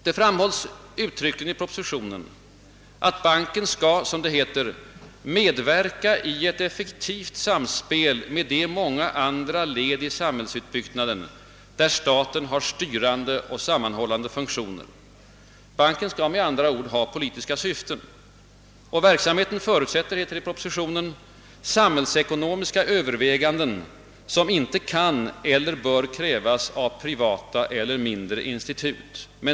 Det framhålles uttryckligen i propositionen att banken skall medverka i »ett effektivt samspel mellan bankens verksamhet och de många andra led i samhällsutbyggnaden där staten har sty rande och sammanhållande funktioner». Banken skall, med andra ord, ha politiska syften. Verksamheten förutsätter, heter det i propositionen, »samhällsekonomiska överväganden som inte kan eller bör krävas av privata och mindre institut».